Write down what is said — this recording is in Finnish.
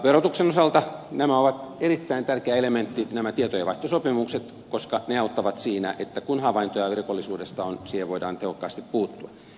verotuksen osalta nämä tietojenvaihtosopimukset ovat erittäin tärkeä elementti koska ne auttavat siinä että kun havaintoja rikollisuudesta on siihen voidaan tehokkaasti puuttua